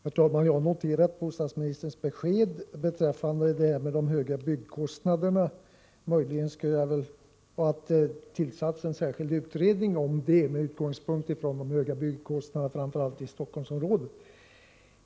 Herr talman! Jag har noterat bostadsministerns besked beträffande de höga byggkostnaderna och att det har tillsatts en särskild utredning med utgångspunkt från de höga byggkostnaderna framför allt i Stockholmsområdet.